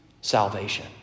salvation